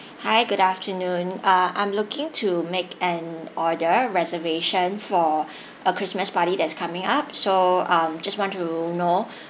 hi good afternoon uh I'm looking to make an order reservation for a christmas party that's coming up so um just want to know